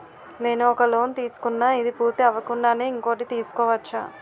నేను ఒక లోన్ తీసుకున్న, ఇది పూర్తి అవ్వకుండానే ఇంకోటి తీసుకోవచ్చా?